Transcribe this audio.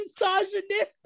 misogynistic